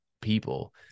people